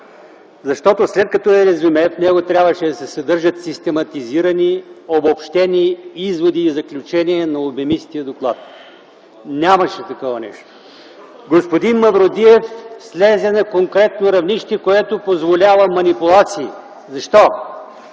Защото след като е резюме, в него трябваше да се съдържат систематизирани и обобщени изводи и заключения на обемистия доклад. Нямаше такова нещо. Господин Мавродиев слезе на конкретно равнище, което позволява манипулации. Защо?